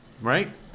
right